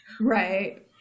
right